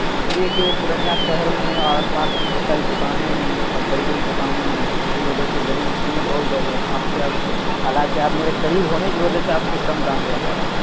اس لیے کہ وہ پورنیہ شہر میں ہے اور آس پاس میں بہت ساری دکانیں ہیں اور بڑی بڑی دکانیں ہیں اس کی وجہ سے زمین کی قیمت اور بڑھ گئی اب آپ کی اب حالانکہ آپ میرے قریب ہونے کی وجہ سے آپ سے کم دام لیا جا رہا ہے